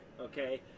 Okay